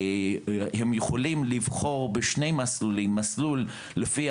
יכולים לבחור בשני מסלולים: מסלול לפי